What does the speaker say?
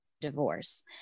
divorce